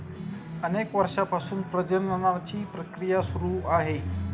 अनेक वर्षांपासून वनस्पती प्रजननाची प्रक्रिया सुरू आहे